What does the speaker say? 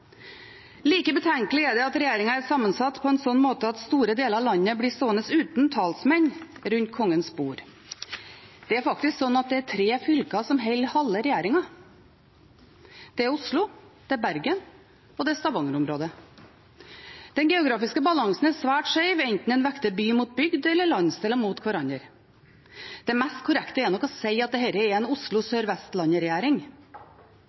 Like betenkelig er det at regjeringen er sammensatt på en slik måte at store deler av landet blir stående uten talsmenn rundt Kongens bord. Det er faktisk tre fylker som holder halve regjeringen. Det er Oslo, Bergen og Stavanger-området. Den geografiske balansen er svært skjev, enten en vekter by mot bygd eller landsdeler mot hverandre. Det mest korrekte er nok å si at dette er en